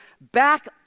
back